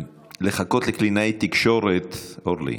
לחכות לקלינאית תקשורת, אורלי,